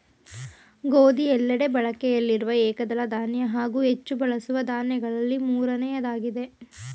ಗೋಧಿ ಎಲ್ಲೆಡೆ ಬಳಕೆಯಲ್ಲಿರುವ ಏಕದಳ ಧಾನ್ಯ ಹಾಗೂ ಹೆಚ್ಚು ಬಳಸುವ ದಾನ್ಯಗಳಲ್ಲಿ ಮೂರನೆಯದ್ದಾಗಯ್ತೆ